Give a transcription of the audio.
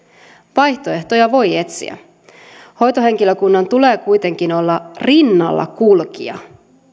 vaihtoehtoja voi etsiä hoitohenkilökunnan tulee kuitenkin olla rinnallakulkija